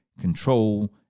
control